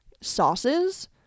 sauces